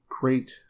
great